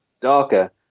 Darker